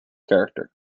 character